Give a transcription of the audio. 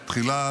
תחילה,